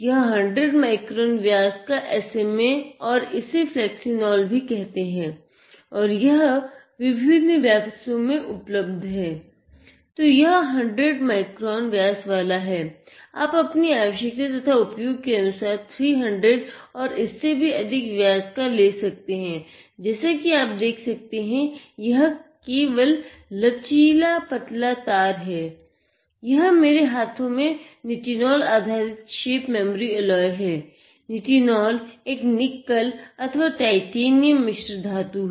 यह 100 माइक्रोन व्यास का SMA और इसे फ्लेक्सिनोल है